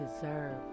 deserve